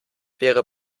wäre